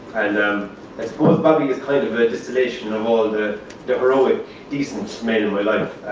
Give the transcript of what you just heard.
and um i suppose bobby is kind of a distillation of all the the heroic decent men in my life.